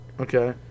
Okay